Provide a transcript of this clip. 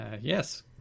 Yes